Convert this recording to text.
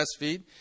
breastfeed